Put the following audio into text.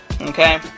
okay